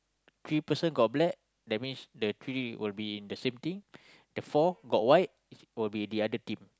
three person got black that means the three will be in the same team the four got white will be the other team